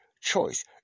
choice